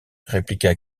répliqua